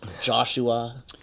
Joshua